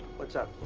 what's up?